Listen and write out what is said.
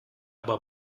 aber